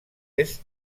est